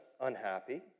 unhappy